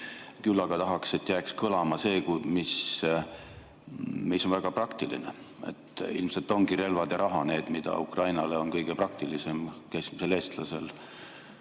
Küll aga tahaks, et jääks kõlama nõuanne, mis on väga praktiline. Ilmselt ongi relvad ja raha need, mida Ukrainale on kõige praktilisem keskmisel eestlasel